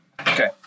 Okay